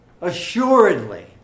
assuredly